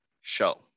show